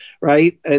right